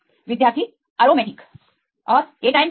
विद्यार्थी अरोमैटिक औरRefer Time 0946 cation क्या है